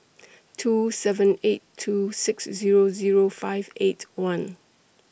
two seven eight two six Zero Zero five eight one